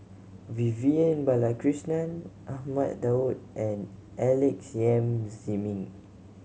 Vivian Balakrishnan Ahmad Daud and Alex Yam Ziming